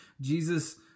Jesus